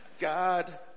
God